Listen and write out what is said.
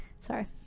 Sorry